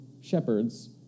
shepherds